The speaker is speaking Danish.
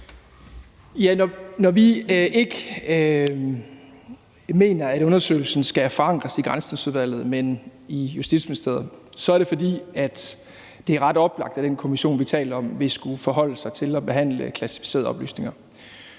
Når vi ikke mener, at undersøgelsen skal forankres i Granskningsudvalget, men i Justitsministeriet, så er det, fordi det er ret oplagt, at den kommission, vi taler om, vil skulle forholde sig til selv og behandle klassificerede oplysninger.